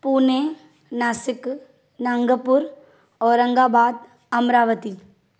Pune Nashik Nagpur Aurangabad Amravati